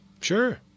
Sure